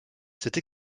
cette